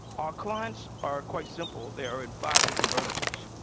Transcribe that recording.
our clients are quite simple. they are in five different verticals.